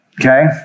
Okay